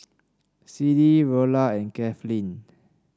Siddie Rolla and Kathleen